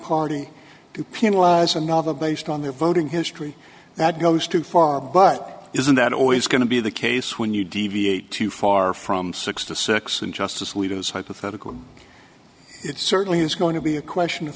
party to penalize a novel based on their voting history that goes too far but isn't that always going to be the case when you deviate too far from six to six and justice alito is hypothetical it certainly is going to be a question of